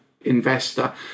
investor